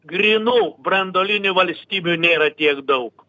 grynų branduolinių valstybių nėra tiek daug